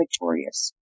victorious